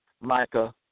Micah